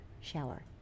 shower